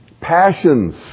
passions